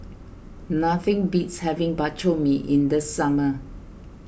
nothing beats having Bak Chor Mee in the summer